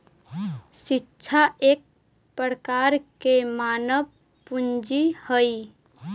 शिक्षा एक प्रकार के मानव पूंजी हइ